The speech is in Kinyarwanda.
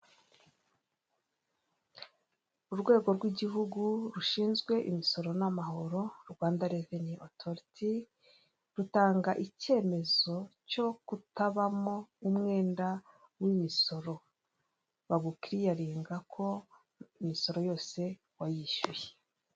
Uyu ni muhanda munini wo mu bwoko bwa kaburimbo usizemo amabara y'umukara ndetse n'uturongo tw'umweru haranyuramo ibinyabiziga bigiye bitandukanye, iruhande rwaho hari ibiti byiza by'icyatsi ubona bitanga umuyaga.